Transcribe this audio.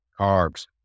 carbs